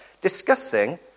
discussing